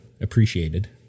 Appreciated